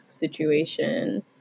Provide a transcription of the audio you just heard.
situation